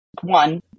one